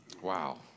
wow